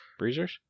breezers